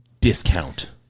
discount